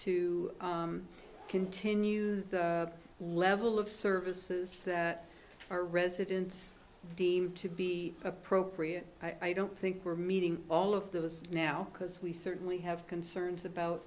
to continue the level of services that our residents deem to be appropriate i don't think we're meeting all of those now because we certainly have concerns about